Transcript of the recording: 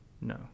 no